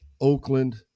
Oakland